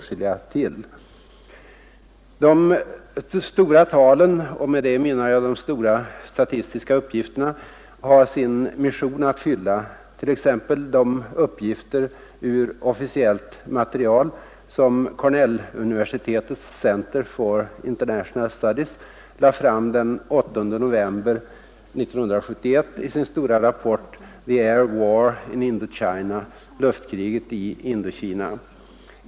23 mars 1972 De stora talen, och därmed menar jag de statistiska uppgifterna, har sin mission att fylla, t.ex. de uppgifter ur officiellt material som Utrikesoch Cornelluniversitetets Center for International Studies lade fram den 8 handelspolitisk debatt november 1971 i sin stora rapport ”The air war in Indochina”, luftkriget i Indokina.